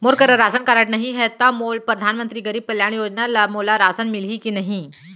मोर करा ration card नहीं है त का मोल परधानमंतरी गरीब कल्याण योजना ल मोला राशन मिलही कि नहीं?